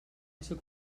ésser